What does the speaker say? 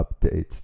updates